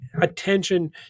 attention